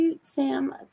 Sam